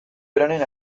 beroenen